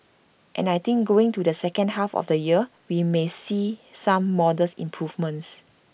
and I think going to the second half of the year we may see some modest improvements